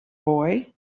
boy